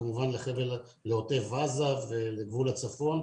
כמובן לעוטף עזה ולגבול הצפון,